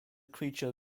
creature